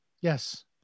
Yes